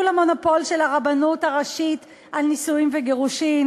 המונופול של הרבנות הראשית על נישואים וגירושים